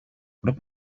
what